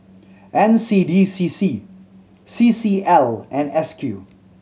N C D C C C C L and S Q